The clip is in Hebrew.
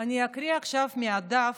אני אקריא עכשיו מהדף.